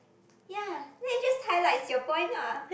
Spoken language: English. ya then it just highlights your point ah